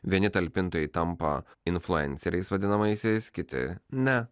vieni talpintojai tampa influenceriais vadinamaisiais kiti ne